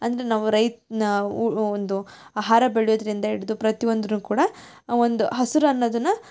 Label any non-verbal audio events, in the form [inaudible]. ಅಂದ್ರೆ ನಾವು ರೈತನ [unintelligible] ಒಂದು ಆಹಾರ ಬೆಳೆಯೋದರಿಂದ ಹಿಡಿದು ಪ್ರತಿ ಒಂದನ್ನೂ ಕೂಡ ಒಂದು ಹಸ್ರು ಅನ್ನೋದನ್ನು